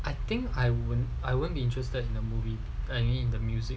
I think I won't I won't be interested in the movie I mean the music